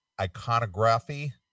iconography